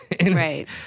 right